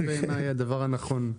זה בעייני הדבר הנכון.